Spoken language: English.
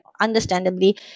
understandably